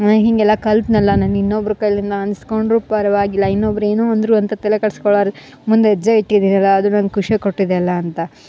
ನಾ ಹೀಗೆಲ್ಲ ಕಲ್ತ್ನಲ್ಲ ನಾನು ಇನ್ನೊಬ್ರ ಕೈಲಿಂದ ಅನ್ಸ್ಕೊಂಡರೂ ಪರವಾಗಿಲ್ಲ ಇನ್ನೊಬ್ಬರು ಏನೋ ಅಂದರೂ ಅಂತ ತಲೆ ಕೆಡ್ಸ್ಕೊಳ್ಳಾರ್ ಮುಂದೆ ಹೆಜ್ಜೆ ಇಟ್ಟಿದಿನಲ್ಲ ಅದು ನಂಗ ಖುಷಿ ಕೊಟ್ಟಿದೆ ಅಲ್ಲ ಅಂತ